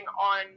on